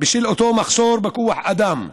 בשל אותו מחסור בכוח אדם.